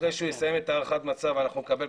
אחרי שהוא יסיים את הערכת המצב אנחנו נקבל,